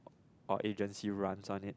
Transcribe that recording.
or agency runs on it